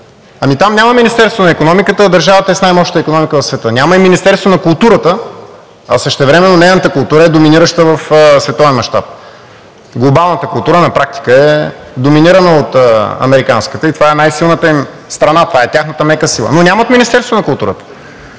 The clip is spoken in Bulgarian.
ами там няма Министерство на икономиката, а държавата е с най-мощната икономика в света, няма и Министерство на културата, а същевременно нейната култура е доминираща в световен мащаб. Глобалната култура на практика е доминирана от американската и това е най-силната им страна, това е тяхната мека сила, но нямат Министерство на културата.